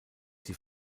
die